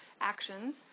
actions